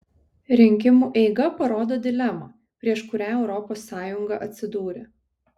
rinkimų eiga parodo dilemą prieš kurią europos sąjunga atsidūrė